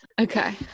okay